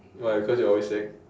why cause you're always sick